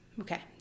Okay